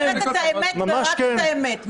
אני אומרת את האמת ורק את האמת.